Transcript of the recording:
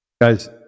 guys